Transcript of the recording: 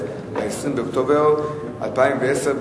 20 באוקטובר 2010,